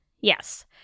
Yes